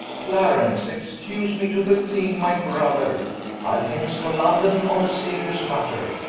clarence excuse me to the king my brother ile hence to london on a serious matter,